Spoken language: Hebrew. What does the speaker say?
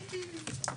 התשפ"א-2021,